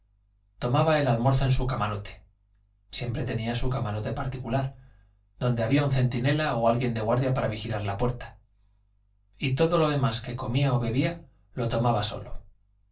tomaba el almuerzo en su camarote siempre tenía su camarote particular donde había un centinela o alguien de guardia para vigilar la puerta y todo lo demás que comía o bebía lo tomaba solo